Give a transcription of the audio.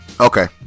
Okay